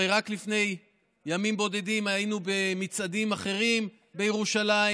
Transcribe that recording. הרי רק לפני ימים בודדים היינו במצעדים אחרים בירושלים,